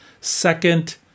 second